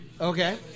Okay